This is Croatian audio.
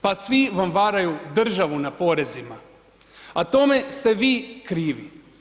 Pa svi vam varaju državu na porezima, a tome ste vi krivi.